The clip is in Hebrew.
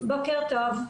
בוקר טוב.